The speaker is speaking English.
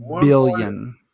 Billion